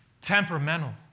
temperamental